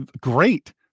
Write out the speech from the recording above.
great